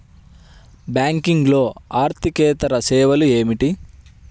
బ్యాంకింగ్లో అర్దికేతర సేవలు ఏమిటీ?